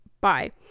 bye